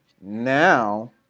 now